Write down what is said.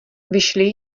vyšli